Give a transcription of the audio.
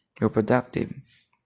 reproductive